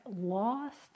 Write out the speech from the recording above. lost